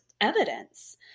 evidence